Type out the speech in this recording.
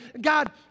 God